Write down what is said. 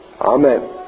Amen